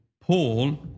Paul